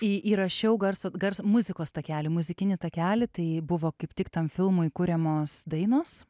į įrašiau garso garso muzikos takelį muzikinį takelį tai buvo kaip tik tam filmui kuriamos dainos